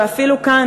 ואפילו כאן,